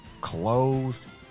closed